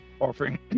offering